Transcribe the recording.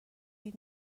این